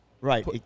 Right